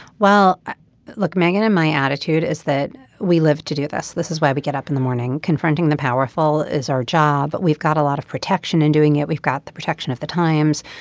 well look megan and my attitude is that we live to do this. this is why we get up in the morning confronting the powerful is our job. but we've got a lot of protection in doing it we've got the protection of the times.